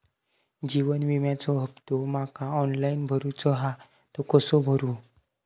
जीवन विम्याचो हफ्तो माका ऑनलाइन भरूचो हा तो कसो भरू?